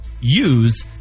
use